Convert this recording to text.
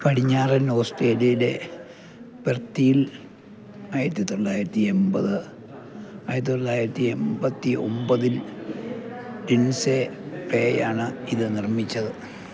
പടിഞ്ഞാറൻ ഓസ്ട്രേലിയയിലെ പെർത്തിയിൽ ആയിരത്തി തൊള്ളായിരത്തി ഒമ്പത് ആയിരത്തി തൊള്ളായിരത്തി എമ്പത്തി ഒമ്പതിൽ ലിൻഡ്സെ ഫ്ലേ ആണ് ഇത് നിർമ്മിച്ചത്